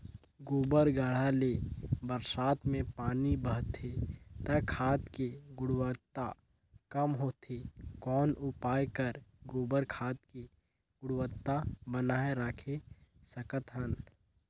गोबर गढ्ढा ले बरसात मे पानी बहथे त खाद के गुणवत्ता कम होथे कौन उपाय कर गोबर खाद के गुणवत्ता बनाय राखे सकत हन?